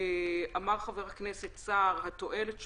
אמר חבר הכנסת סער שהתועלת שולית,